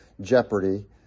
jeopardy